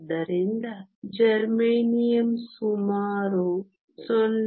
ಆದ್ದರಿಂದ ಜರ್ಮೇನಿಯಮ್ ಸುಮಾರು 0